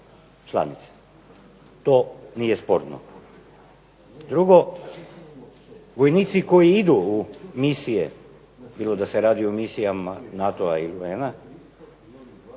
To nije sporno. Drugo, vojnici koji idu u misije, bilo da se radi o misijama NATO-a ili UN-a